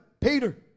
Peter